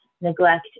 neglect